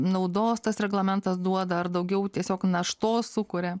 naudos tas reglamentas duoda ar daugiau tiesiog naštos sukuria